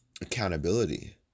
Accountability